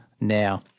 now